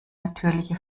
natürliche